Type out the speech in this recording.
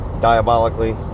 diabolically